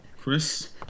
Chris